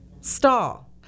Stall